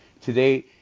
today